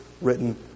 written